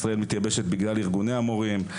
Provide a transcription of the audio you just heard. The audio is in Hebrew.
ישראל מתייבשת בגלל ארגוני המורים.